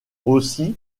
aussi